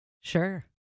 Sure